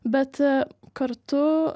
bet kartu